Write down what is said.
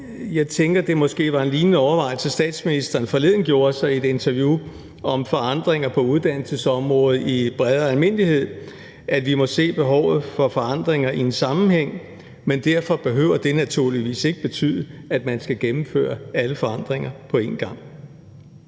jeg tænker, det måske var en lignende overvejelse, statsministeren forleden gjorde sig i et interview om forandringer på uddannelsesområdet i bred almindelighed: at vi må se behovet for forandringer i en sammenhæng. Men derfor behøver det naturligvis ikke betyde, at man skal gennemføre alle forandringer på en gang.